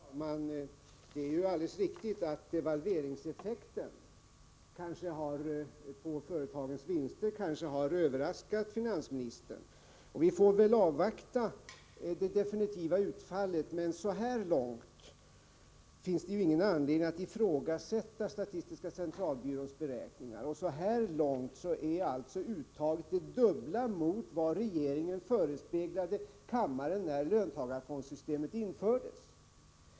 Herr talman! Det är alldeles riktigt att devalveringseffekten på företagens vinster kanske har överraskat finansministern. Vi får avvakta det definitiva utfallet, men så här långt finns det ingen anledning att ifrågasätta statistiska centralbyråns beräkningar. Hittills är alltså uttaget det dubbla mot vad regeringen förespeglade kammaren när löntagarfondssystemet infördes.